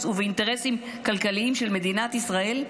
ובאינטרסים כלכליים של מדינת ישראל.